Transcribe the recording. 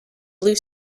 blue